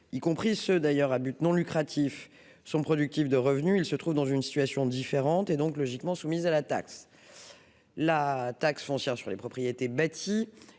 y compris ceux d'ailleurs à but non lucratif sont productifs de revenus, il se trouve dans une situation différente et donc logiquement soumis à la taxe : la taxe foncière sur les propriétés bâties